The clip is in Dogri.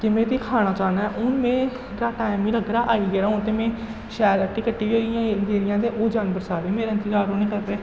ते में तूगी खाना चाह्न्नां ए हून में मेरा टैम मिगी लगदा ऐ आई गेदा हून ते में शैल हट्टी कट्टी होई गेई आं ते ओह् जानवर सारें मेरा इंतजार होने करा दे